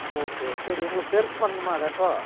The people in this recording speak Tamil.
ஓகே சரி உங்களுக்கு பெருசு பண்ணணுமா அதை இப்போது